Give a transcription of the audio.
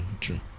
True